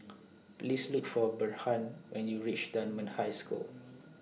Please Look For Bernhard when YOU REACH Dunman High School